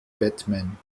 batman